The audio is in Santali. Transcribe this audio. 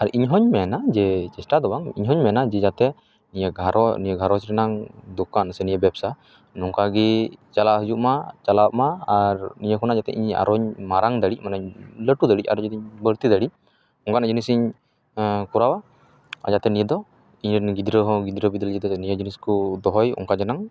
ᱟᱨ ᱤᱧ ᱦᱚᱧ ᱢᱮᱱᱟ ᱡᱮ ᱪᱮᱥᱴᱟ ᱫᱚ ᱵᱟᱝ ᱤᱧ ᱦᱚᱧ ᱢᱮᱱᱟ ᱡᱟᱛᱮ ᱱᱤᱭᱟ ᱜᱷᱟᱨ ᱱᱤᱭᱟᱹ ᱜᱷᱟᱨᱚᱸᱡᱽ ᱨᱮᱱᱟᱝ ᱫᱚᱠᱟᱱ ᱥᱮ ᱱᱤᱭᱟᱹ ᱵᱮᱵᱥᱟ ᱱᱚᱝᱠᱟ ᱜᱤ ᱪᱟᱞᱟᱣ ᱦᱤᱡᱩᱜᱢᱟ ᱪᱟᱞᱟᱜ ᱢᱟ ᱟᱨ ᱱᱤᱭᱟᱹ ᱠᱷᱚᱱᱟ ᱡᱟᱛᱮ ᱟᱨᱚᱧ ᱢᱟᱨᱟᱝ ᱫᱟᱲᱮᱜ ᱢᱟᱱᱮ ᱞᱟᱹᱴᱩ ᱫᱟᱲᱮᱜ ᱟᱨᱚ ᱡᱩᱫᱤᱧ ᱵᱟᱹᱲᱛᱤ ᱫᱟᱲᱮᱜ ᱚᱱᱠᱟᱱᱟᱜ ᱡᱤᱱᱤᱥᱤᱧ ᱠᱚᱨᱟᱣᱟ ᱟᱨ ᱱᱤᱭᱟᱹ ᱫᱚ ᱤᱧᱨᱮᱱ ᱜᱤᱫᱽᱨᱟᱹ ᱦᱚᱸ ᱜᱤᱫᱽᱨᱟᱹ ᱯᱤᱫᱽᱨᱟᱹ ᱡᱟᱛᱮ ᱱᱤᱭᱟᱹ ᱡᱤᱱᱤᱥ ᱠᱚ ᱫᱚᱦᱚᱭ ᱚᱱᱠᱟ ᱡᱮᱱᱚ